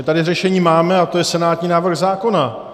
My tady řešení máme a to je senátní návrh zákona.